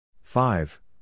five